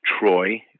Troy